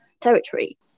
territory